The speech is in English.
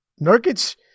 Nurkic